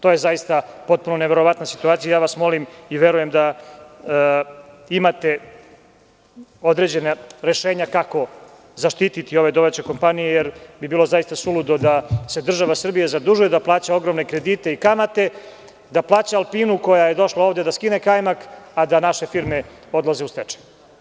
To je potpuno neverovatna situacija i molim vas i verujem da imate određena rešenja kako zaštiti domaće kompanije jer bi bilo suludo da se država Srbija zadužuje i da plaća ogromne kredite i kamate, da plaća „Alpinu“ koja je došla ovde da skine kajmak a da naše firme odlaze u stečaj.